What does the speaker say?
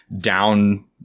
down